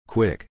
Quick